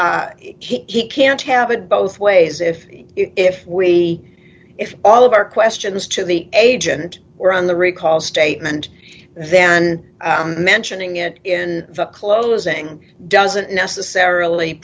we he can't have it both ways if if we if all of our questions to the agent were on the recall statement then mentioning it in the closing doesn't necessarily